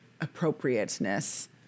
appropriateness